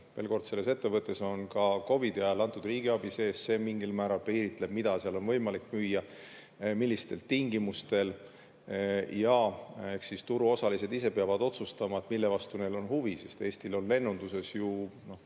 Veel kord: selles ettevõttes on ka COVID-i ajal antud riigiabi sees. See mingil määral piiritleb, mida seal on võimalik müüa ja millistel tingimustel. Eks siis turuosalised ise peavad otsustama, mille vastu neil on huvi, sest Eestil on lennunduses ju